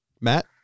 Matt